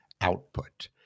output